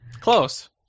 Close